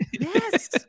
Yes